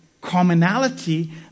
commonality